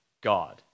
God